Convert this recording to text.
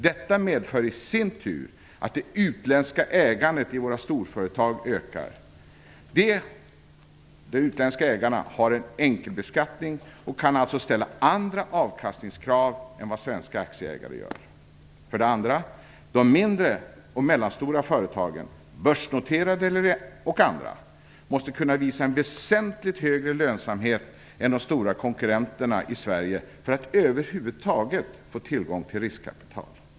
Detta medför i sin tur att det utländska ägandet i våra storföretag ökar. De utländska ägarna har en enkelbeskattning och kan alltså ställa andra avkastningskrav än vad svenska aktieägare gör. För det andra måste de mindre och mellanstora företagen, börsnoterade eller andra, kunna visa en väsentligt högre lönsamhet än de stora konkurrenterna i Sverige för att över huvud taget få tillgång till riskkapital.